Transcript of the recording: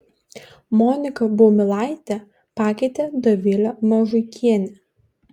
moniką baumilaitę pakeitė dovilė mažuikienė